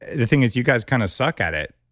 the thing is you guys kind of suck at it.